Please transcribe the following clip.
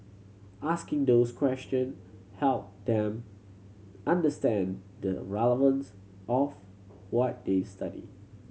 asking those question helped them understand the relevance of to what they study